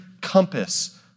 compass